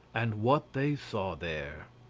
and what they saw there.